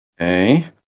Okay